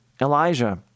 Elijah